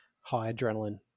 high-adrenaline